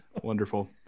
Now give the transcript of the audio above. Wonderful